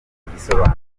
igisobanuro